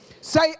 Say